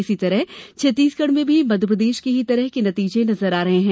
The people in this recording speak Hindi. इसी तरह छत्तीसगढ़ में भी मध्यप्रदेश की ही तरह के नतीजे नजर आ रहे हैं